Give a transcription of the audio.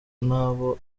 nabo